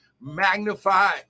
Magnify